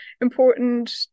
important